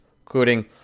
including